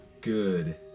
good